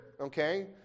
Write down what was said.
okay